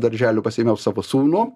darželio pasiėmiau savo sūnų